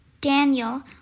Daniel